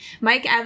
Mike